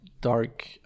dark